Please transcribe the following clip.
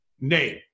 name